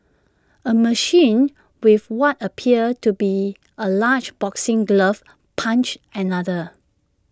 A machine with what appeared to be A large boxing glove punched another